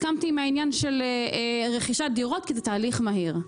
הסכמתי עם העניין של רכישת דירות כי זה תהליך מהיר.